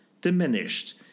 diminished